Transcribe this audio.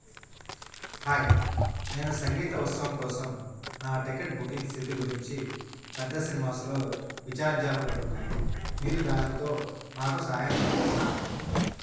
hi నేను సంగీత ఉత్సవం కోసం నా టికెట్ బుకింగ్ స్థితి గురించి పెద్ద సినిమాస్లో విచారించాలనుకుంటున్నాను మీరు దానితో నాకు సహాయం చెయ్యవచ్చా